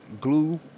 glue